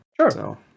Sure